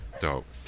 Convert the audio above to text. Dope